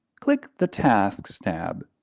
click the tasks tab.